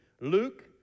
Luke